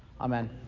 Amen